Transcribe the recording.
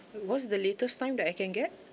what's the latest time that I can get